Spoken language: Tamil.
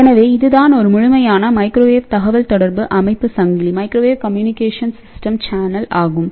எனவே இதுதான் ஒரு முழுமையான மைக்ரோவேவ் தகவல்தொடர்பு அமைப்பு சங்கிலி ஆகும்